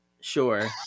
sure